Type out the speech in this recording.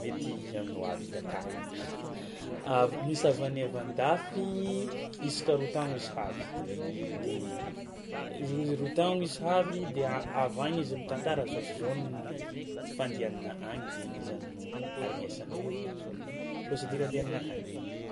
mety amin'ny ho avy angatahiny misy havanay avy an-dafy isaka roa tagno izy havy de ro- roa tagno izy havy de a- avy agny izy mitantara zao sy zao ny fandianagna agny de igny zany no aregnesanay hoe magnano zao ny procédure andehanagna akagny.